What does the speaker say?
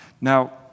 Now